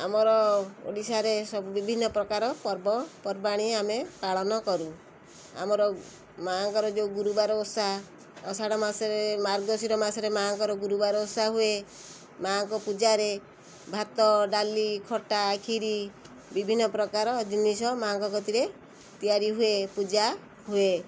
ଆମର ଓଡ଼ିଶାରେ ସବୁ ବିଭିନ୍ନ ପ୍ରକାର ପର୍ବପର୍ବାଣୀ ଆମେ ପାଳନ କରୁ ଆମର ମାଁଙ୍କର ଯେଉଁ ଗୁରୁବାର ଓଷା ଅଷାଢ଼ ମାସରେ ମାର୍ଗଶୀର ମାସରେ ମାଁଙ୍କର ଗୁରୁବାର ଓଷା ହୁଏ ମାଁଙ୍କ ପୂଜାରେ ଭାତ ଡାଲି ଖଟା କ୍ଷୀରି ବିଭିନ୍ନ ପ୍ରକାର ଜିନିଷ ମାଁଙ୍କ କତିରେ ତିଆରି ହୁଏ ପୂଜା ହୁଏ